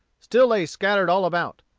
still lay scattered all about.